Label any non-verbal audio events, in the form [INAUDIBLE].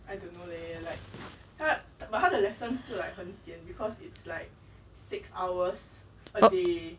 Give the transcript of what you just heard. [LAUGHS]